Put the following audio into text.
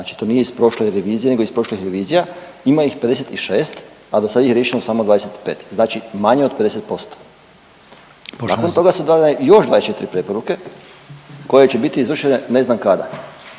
Znači to nije iz prošle revizije nego iz prošlih revizija. Ima ih 56, a dosad ih je riješeno samo 25. Znači manje od 50%. …/Upadica: Poštovana …/… Nakon toga su dodane još 24 preporuke koje će biti izvršene ne znam kada.